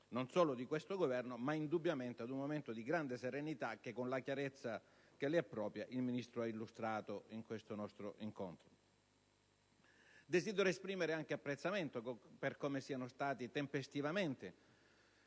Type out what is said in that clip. azioni di questo Governo. C'è un momento di grande serenità che, con la chiarezza che gli è propria, il Ministro ha illustrato in questo nostro incontro. Desidero esprimere apprezzamento per come sono stati tempestivamente